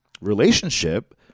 relationship